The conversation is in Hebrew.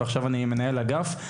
ועכשיו אני מנהל אגף.